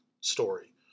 story